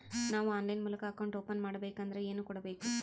ನಾವು ಆನ್ಲೈನ್ ಮೂಲಕ account open ಮಾಡಬೇಂಕದ್ರ ಏನು ಕೊಡಬೇಕು?